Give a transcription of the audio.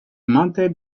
mounted